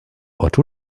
otto